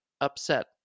upset